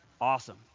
Awesome